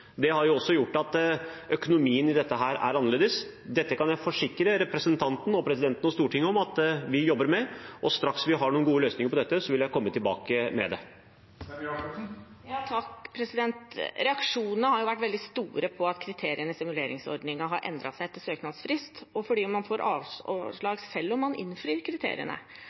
Det har også gjort at økonomien i dette er annerledes. Dette kan jeg forsikre representanten og presidenten og Stortinget om at vi jobber med, og straks vi har noen gode løsninger på dette, vil jeg komme tilbake med det. Det har vært veldig sterke reaksjoner på at kriteriene i stimuleringsordningen har blitt endret etter søknadsfristen, og på at man får avslag selv om man innfrir kriteriene.